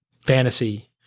fantasy